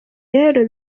rero